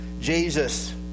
Jesus